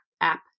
app